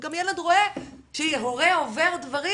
וגם ילד רואה שההורה עובר דברים,